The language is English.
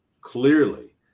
clearly